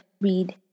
read